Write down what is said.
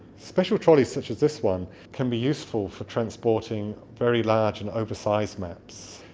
special trolleys such as this one can be useful for transporting very large and oversize maps